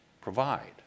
provide